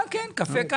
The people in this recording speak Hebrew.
אתה